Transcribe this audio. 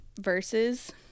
verses